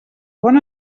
bon